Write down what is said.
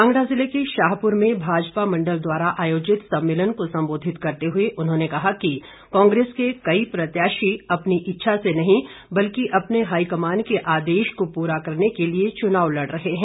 कांगड़ा ज़िले के शाहपुर में भाजपा मंडल द्वारा आयोजित सम्मेलन को संबोधित करते हुए उन्होंने कहा कि कांग्रेस के कई प्रत्याशी अपनी इच्छा से नहीं बल्कि अपने हाईकमान के आदेश को पूरा करने के लिए चुनाव लड़ रहे हैं